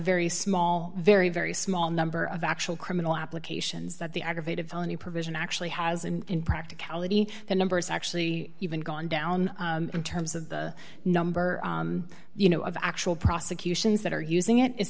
very small very very small number of actual criminal applications that the aggravated felony provision actually has an practicality the numbers actually even gone down in terms of the number you know of actual prosecutions that are using it i